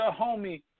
homie